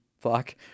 fuck